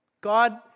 God